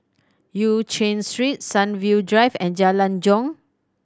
Eu Chin Street Sunview Drive and Jalan Jong